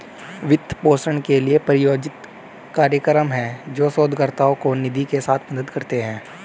वित्त पोषण के लिए, प्रायोजित कार्यक्रम हैं, जो शोधकर्ताओं को निधि के साथ मदद करते हैं